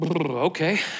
Okay